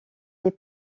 des